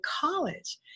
college